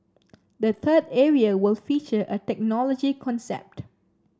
the third area will feature a technology concept